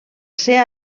ser